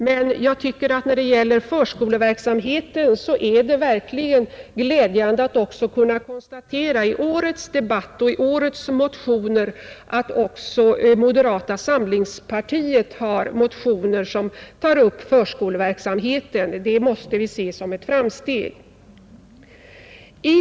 Men jag tycker att när det gäller förskoleverksamheten är det verkligen glädjande att kunna konstatera att också moderata samlingspartiet i år har motioner som tar upp förskoleverksamheten — det måste vi se som ett framsteg.